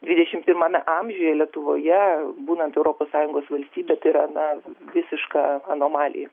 dvidešimt pirmame amžiuje lietuvoje būnant europos sąjungos valstybe tai yra na visiška anomalija